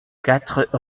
quatre